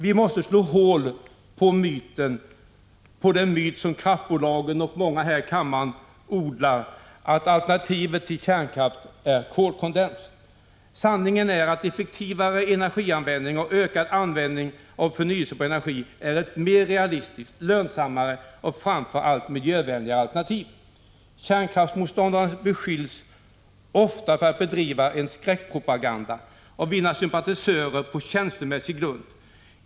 Vi måste slå hål på den myt som kraftbolagen och många här i kammaren odlar, att alternativet till kärnkraft är kolkondens. Sanningen är att effektivare energianvändning och ökad användning av förnyelsebar energi är ett mer realistiskt, lönsammare och framför allt miljövänligare alternativ. Kärnkraftsmotståndarna beskylls ofta för att bedriva en skräckpropaganda och vinna sympatisörer på känslomässig grund.